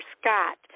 scott